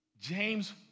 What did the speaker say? James